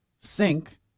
sink